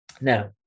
Now